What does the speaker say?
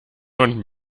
und